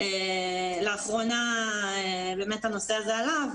לאחרונה באמת הנושא עלה,